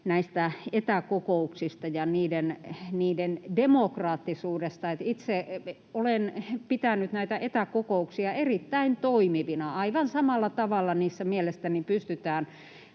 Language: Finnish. etäkokouksista ja niiden demokraattisuudesta. Itse olen pitänyt näitä etäkokouksia erittäin toimivina. Aivan samalla tavalla niissä mielestäni pystytään